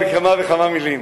בכמה וכמה מלים,